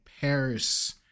Paris